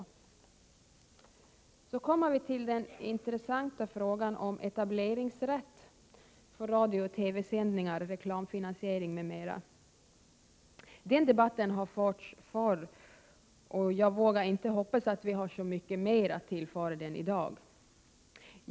Så kommer vi till den intressanta frågan om etableringsrätt för radiooch TV-sändningar, reklamfinansiering m.m. Den debatten har förts förr, och jag vågar inte hoppas att vi har så mycket att tillföra den i dag.